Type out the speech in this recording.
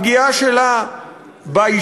הפגיעה שלה בהשתתפות,